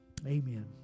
amen